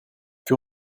que